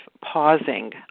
pausing